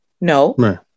no